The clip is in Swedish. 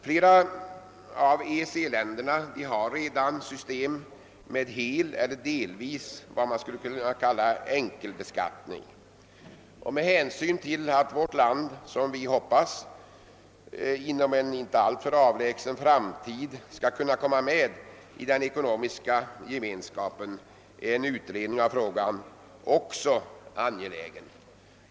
Flera av EEC-länderna har redan system med vad man skulle kunna kalla enkelbeskattning, helt eller delvis, och även med tanke på att vårt land, som vi hoppas, inom en inte alltför avlägsen framtid skall kunna komma med i den ekonomiska gemenskapen är en utredning av frågan angelägen.